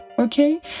okay